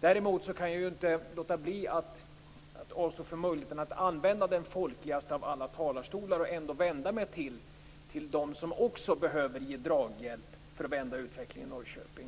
Däremot kan jag inte låta bli att avstå från möjligheten att använda den folkligaste av alla talarstolar och ändå vända mig till dem som också behöver ge draghjälp för att vända utvecklingen i Norrköping.